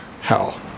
hell